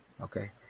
Okay